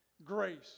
grace